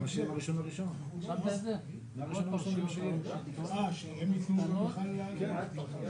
שהשיקולים של הבד"צ זה עסקי אז הוא היה פותח את אתר האינטרנט מזמן.